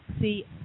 See